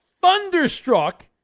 thunderstruck